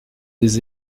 des